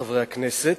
חברי הכנסת,